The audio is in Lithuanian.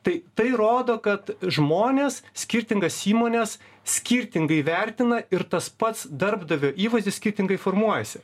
tai tai rodo kad žmonės skirtingas įmones skirtingai vertina ir tas pats darbdavio įvaizdis skirtingai formuojasi